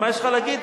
מה יש לך להגיד?